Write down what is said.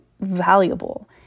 valuable